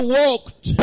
walked